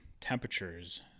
temperatures